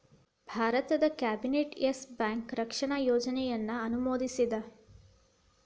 ಭಾರತದ್ cabinet Yes Bank ರಕ್ಷಣಾ ಯೋಜನೆಯನ್ನ ಅನುಮೋದಿಸೇದ್